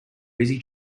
busy